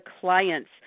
clients